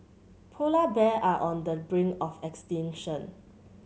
polar bears are on the brink of extinction